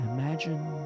Imagine